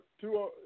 Two